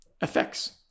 effects